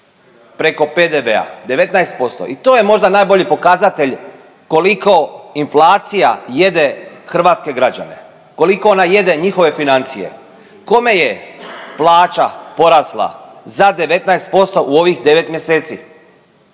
preko PDV-a, 19% i to je možda najbolji pokazatelj koliko inflacija jede hrvatske građane, koliko ona jede njihove financije. Kome je plaća porasla za 19% u ovih 9 mjeseci?